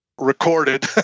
recorded